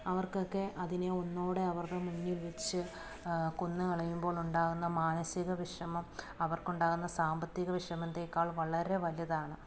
അവർക്കൊക്കെ അതിനെ ഒന്നുകൂടെ അവരുടെ മുന്നിൽ വെച്ച് കൊന്നുകളയുമ്പോൾ ഉണ്ടാകുന്ന മാനസിക വിഷമം അവർക്ക് ഉണ്ടാകുന്ന സാമ്പത്തിക വിഷമത്തേക്കാൾ വളരെ വലുതാണ്